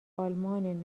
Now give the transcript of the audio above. آلمان